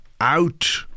out